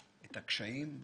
את הקשיים.